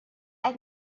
qed